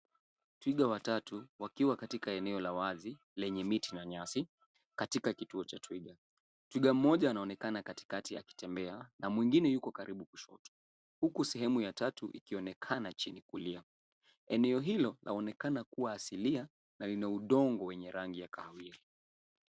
Twiga watatu wakiwa katika eneo la wazi lenye miti na nyasi katika kituo cha twiga. Twiga mmoja anaonekana katikati akitembea na mwengine yuko karibu kushoto, huku sehemu ya tatu ikionekana chini kulia. Eneo hilo laonekana kuwa asilia na lina udongo wenye rangi ya kahawia.